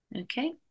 okay